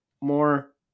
more